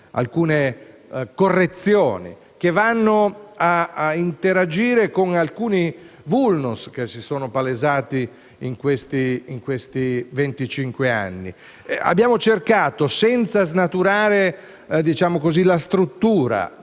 alcune correzioni che vanno a interagire con alcuni *vulnus* che si sono palesati in questi venticinque anni. Senza snaturare la struttura